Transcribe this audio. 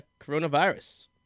coronavirus